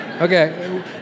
Okay